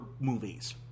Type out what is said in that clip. movies